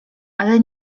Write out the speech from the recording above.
ale